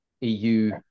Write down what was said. EU